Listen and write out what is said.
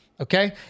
Okay